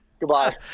Goodbye